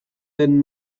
den